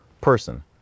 person